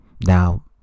Now